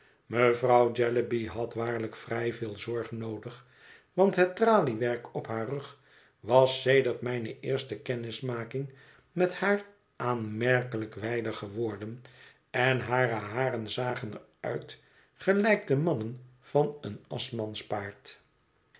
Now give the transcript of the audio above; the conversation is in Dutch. mevrouw jellyby had waarlijk vrij veel zorg noodig want het traliewerk op haar rug was sedert mijne eerste kennismaking met haar aanmerkelijk wijder geworden en hare haren zagen er uit gelijk de manen van een aschmans paard